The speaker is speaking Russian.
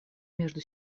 между